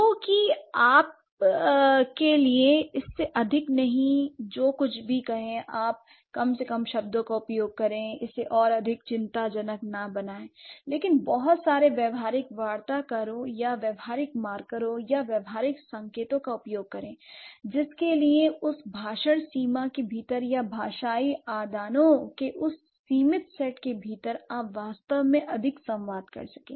कहो कि आपके लिए इससे अधिक नहीं जो कुछ भी कहे आप कम से कम शब्दों का उपयोग करें इसे और अधिक चिंताजनक न बनाएं l लेकिन बहुत सारे व्यावहारिक वार्ताकारों या व्यावहारिक मार्करों और व्यावहारिक संकेतों का उपयोग करें जिसके लिए उस भाषण सीमा के भीतर या भाषाई आदानों के उस सीमित सेट के भीतर आप वास्तव में अधिक संवाद कर सके